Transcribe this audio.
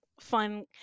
fun